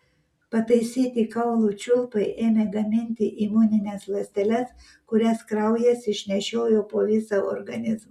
pataisyti kaulų čiulpai ėmė gaminti imunines ląsteles kurias kraujas išnešiojo po visą organizmą